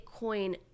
Bitcoin